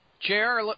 Chair